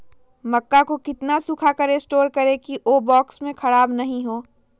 मक्का को कितना सूखा कर स्टोर करें की ओ बॉक्स में ख़राब नहीं हो?